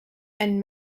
and